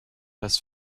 das